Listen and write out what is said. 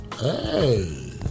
Hey